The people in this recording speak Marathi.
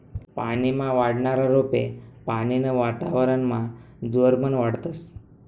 पानीमा वाढनारा रोपे पानीनं वातावरनमा जोरबन वाढतस